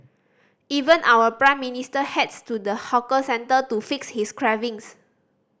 even our Prime Minister heads to the hawker centre to fix his cravings